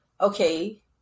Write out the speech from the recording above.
Okay